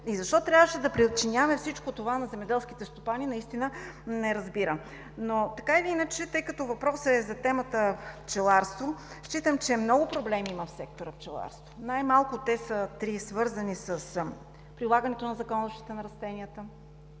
И защо трябваше да причиняваме всичко това на земеделските стопани? Наистина не разбирам. Така или иначе, тъй като въпросът е за темата „Пчеларство“, считам, че в този сектор има много проблеми. Най-малко те са три, свързани с прилагането на Закона за защита на растенията